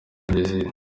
brazil